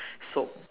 so